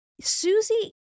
Susie